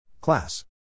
Class